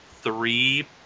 three